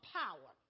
power